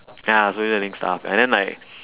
ya slowly learning stuff and then like